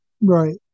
right